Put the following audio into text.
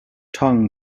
tongue